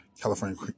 California